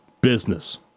business